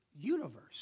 universe